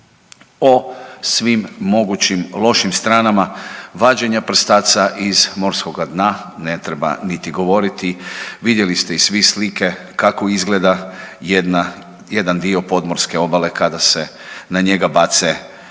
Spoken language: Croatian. O svim mogućim lošim stranama vađenja prstaca iz morskoga dna ne treba niti govoriti, vidjeli ste i svi slike kako izgleda jedan dio podmorske obale kada se na njega bace ti